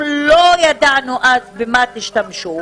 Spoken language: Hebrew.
אנחנו לא ידענו אז במה תשתמשו.